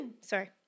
sorry